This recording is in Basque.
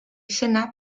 izena